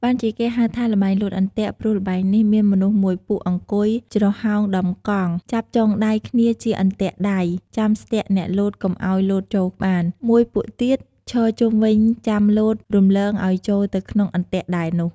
បានជាគេហៅថា ល្បែងលោតអន្ទាក់ ព្រោះល្បែងនេះមានមនុស្សមួយពួកអង្គុយ ច្រហោងដំកង់ ចាប់ចុងដៃគ្នាជាអន្លាក់ដៃ ចាំស្ទាក់អ្នកលោតកុំឲ្យលោតចូលបាន មួយពួកទៀត ឈរជុំវិញចាំលោត រំលងឲ្យចូលទៅក្នុងអន្ទាក់ដៃនោះ ។